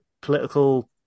political